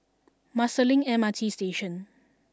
Marsiling M R T Station